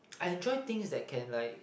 I enjoy things that can like